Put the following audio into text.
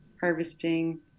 harvesting